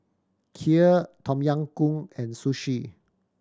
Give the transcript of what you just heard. Kheer Tom Yam Goong and Sushi